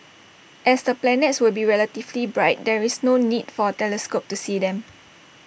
as the planets will be relatively bright there is no need for A telescope to see them